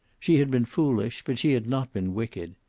she had been foolish, but she had not been wicked.